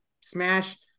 smash